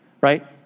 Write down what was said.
right